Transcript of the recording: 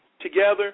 together